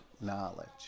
knowledge